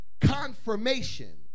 confirmation